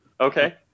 okay